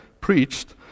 preached